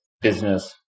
business